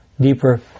deeper